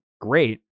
great